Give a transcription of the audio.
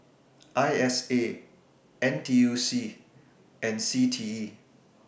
I S A N T U C and C T E